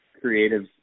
creative